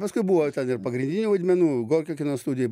paskui buvo ir pagrindinių vaidmenų gorkio kino studijoj